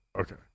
Okay